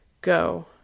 Go